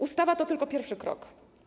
Ustawa to jest tylko pierwszy krok.